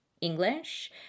English